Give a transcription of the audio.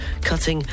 cutting